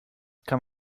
kann